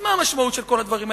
אז מה המשמעות של כל הדברים האלה?